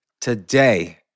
today